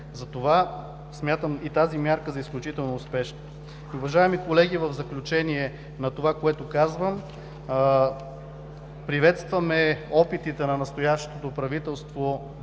Затова смятам и тази мярка за изключително успешна. Уважаеми колеги, в заключение на това, което казвам, приветстваме опитите на настоящото правителство